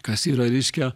kas yra reiškia